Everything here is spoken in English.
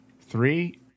three